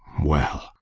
well.